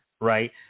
Right